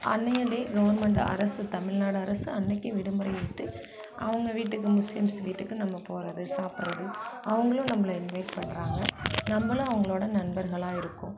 அன்றைய day government அரசு தமிழ்நாடு அரசு அன்னைக்கி விடுமுறை விட்டு அவங்க வீட்டுக்கு முஸ்லீம்ஸ் வீட்டுக்கு நம்ம போகிறது சாப்பிடுறது அவங்களும் நம்மளை இன்வைட் பண்ணுறாங்க நம்மளும் அவங்களோட நண்பர்களாக இருக்கோம்